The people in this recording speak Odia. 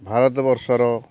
ଭାରତ ବର୍ଷର